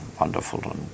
wonderful